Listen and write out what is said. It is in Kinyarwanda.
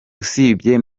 usibye